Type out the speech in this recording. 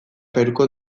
peruko